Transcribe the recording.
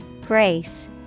Grace